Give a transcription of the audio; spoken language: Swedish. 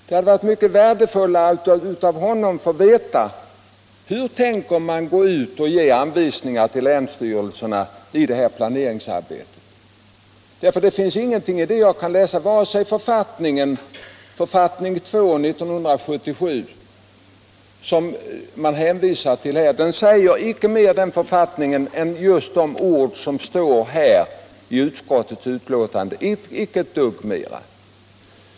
Det hade varit värdefullt att få veta av honom vilka anvisningar man tänker ge till länsstyrelserna för det fortsatta planeringsarbetet. Varken författning nr 2 år 1977, som man hänvisar till, eller andra anvisningar säger mer än just de ord som står i utskottets betänkande.